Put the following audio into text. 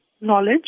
knowledge